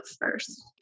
first